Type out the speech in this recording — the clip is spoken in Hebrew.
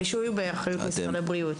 הרישוי הוא באחריות משרד הבריאות.